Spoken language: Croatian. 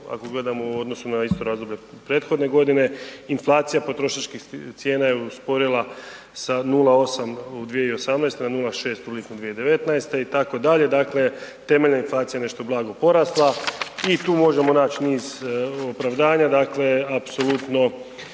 ako gledamo u odnosu na isto razdoblje prethodne godine, inflacija potrošačkih cijena je usporila sa 0,8 u 2018. na 0,8 u lipnju 2019. itd. temeljna inflacija je nešto blago porasla i tu možemo nać niz opravdanja odnosno